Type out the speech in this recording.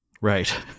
Right